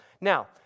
Now